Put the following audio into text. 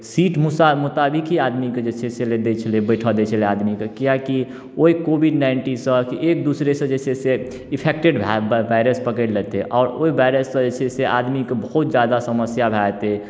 seat मुसा मुताबिक ही आदमीके जे छै से लै दै छै बैठऽ दै छलै आदमीके कियाकि ओहि कोविड नाइन्टीनसँ एक दोसरासँ जे छै से इफेक्टेड भऽ वाइरस पकड़ि लेतै आओर ओहि वाइरससँ जे छै से आदमीके बहुत ज्यादा समस्या भऽ जेतै